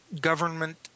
government